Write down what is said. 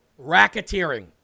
Racketeering